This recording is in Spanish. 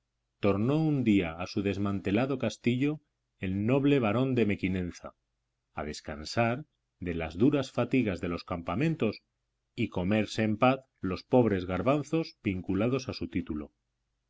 tornó un día a su desmantelado castillo el noble barón de mequinenza a descansar de las duras fatigas de los campamentos y comerse en paz los pobres garbanzos vinculados a su título